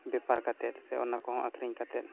ᱵᱮᱯᱟᱨ ᱠᱟᱛᱮᱫ ᱥᱮ ᱚᱱᱟ ᱠᱚᱦᱚᱸ ᱟᱹᱠᱷᱨᱤᱧ ᱠᱟᱛᱮᱫ